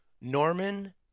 Norman